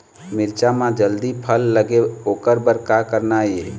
मिरचा म जल्दी फल लगे ओकर बर का करना ये?